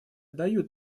дают